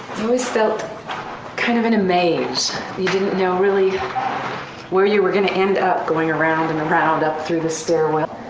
always felt kind of in a maze, you didn't know really where you were going to end up going around and around up through the stairwell,